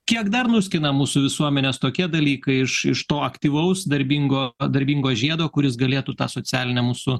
kiek dar nuskina mūsų visuomenės tokie dalykai iš iš to aktyvaus darbingo darbingo žiedo kuris galėtų tą socialinę mūsų